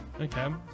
okay